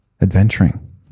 adventuring